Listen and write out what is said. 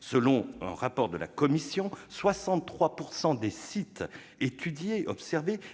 Selon le rapport de la commission, 63 % des sites étudiés